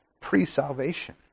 pre-salvation